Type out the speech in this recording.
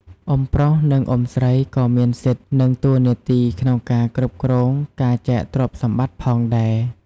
អ៊ុំប្រុស និងអ៊ុំស្រីក៏មានសិទ្ធ និងតួនាទីក្នុងការគ្រប់គ្រងការចែកទ្រព្យសម្បត្តិផងដែរ។